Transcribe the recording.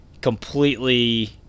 completely